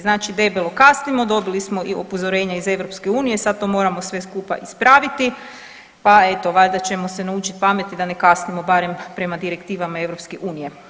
Znači debelo kasnimo, dobilo smo i upozorenje EU i sad to moramo sve skupa ispraviti pa eto valjda ćemo se naučiti pameti da ne kasnimo barem prema direktivama EU.